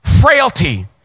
frailty